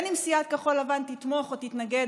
אם סיעת כחול לבן תתמוך או תתנגד.